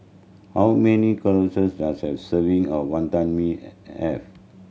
how many does a serving of Wantan Mee have